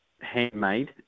handmade